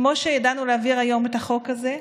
כמו שידענו להעביר היום את החוק הזה,